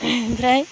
ओमफ्राय